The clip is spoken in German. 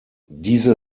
diese